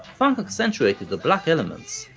funk accentuated the black elements,